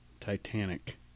Titanic